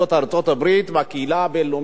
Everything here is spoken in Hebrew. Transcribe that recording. ארצות-הברית והקהילה הבין-לאומית.